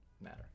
matter